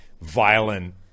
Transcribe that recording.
violent